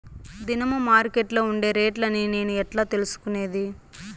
దినము మార్కెట్లో ఉండే రేట్లని నేను ఎట్లా తెలుసుకునేది?